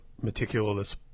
meticulous